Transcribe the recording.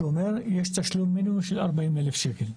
שאומר שיש תשלום מינימום של 40 אלף שקל.